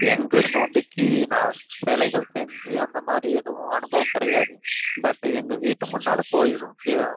எங்கள் நோம்பிக்கு நான் சிலைகள் செஞ்சு அந்த மாதிரி எதுவும் அனுபவம் கிடையாது பட் எங்கள் வீட்டு முன்னால் கோயிலும்